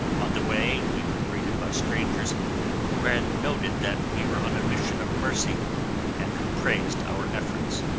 on the way, we were greeted by strangers who had noted that we were on a mission of mercy and who praised our efforts.